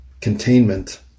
Containment